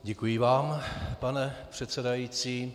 Děkuji vám, pane předsedající.